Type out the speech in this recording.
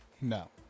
No